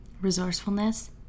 resourcefulness